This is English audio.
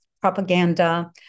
propaganda